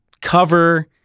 cover